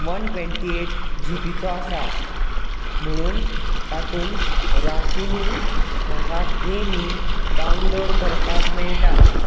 one twenty eight G बीचो आसा म्हणून तातून राशींनी म्हाका गेमी डावनलोड करपाक मेळटा